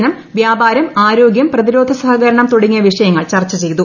ഉഭയകക്ഷി വികസനം വ്യാപാരം ആരോഗ്യം പ്രതിരോധ സഹകരണം തുടങ്ങിയ വിഷയങ്ങൾ ചർച്ച ചെയ്തു